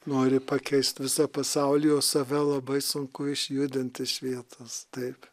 nori pakeist visą pasaulį save labai sunku išjudint iš vietos taip